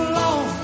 long